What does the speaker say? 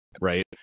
right